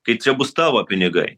kai čia bus tavo pinigai